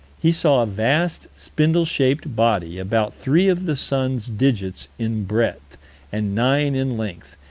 he saw a vast, spindle-shaped body, about three of the sun's digits in breadth and nine in length,